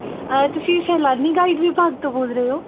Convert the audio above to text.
ਤੁਸੀਂ ਸੈਲਾਨੀ ਗਾਈਡ ਵਿਭਾਗ ਤੋਂ ਬੋਲ ਰਹੇ ਹੋ